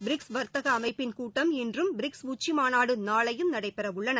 BRICS வர்த்தக அமைப்பின் கூட்டம் இன்றும் பிரிக்ஸ் உச்சிமாநாடு நாளையும் நடைபெறவுள்ளன